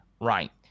Right